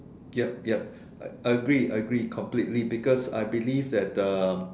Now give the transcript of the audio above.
yup yup agree agree completely because I believe that um